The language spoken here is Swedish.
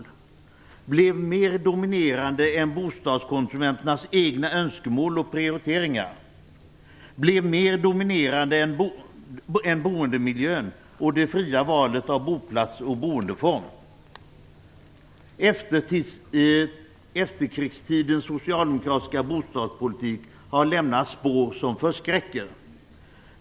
De blev mer dominerande än bostadskonsumenternas egna önskemål och prioriteringar och mer dominerande än boendemiljön och det fria valet av bostadsplats och boendeform. Efterkrigstidens socialdemokratiska bostadspolitik har lämnat spår som förskräcker.